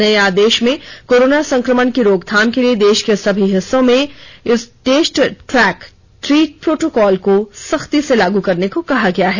नये आदेश में कोरोना संक्रमण की रोक थाम के लिए देश के सभी हिस्सों में टेस्ट ट्रैक ट्रीट प्रोटोकॉल को सख्ती से लागू करने को कहा गया हैं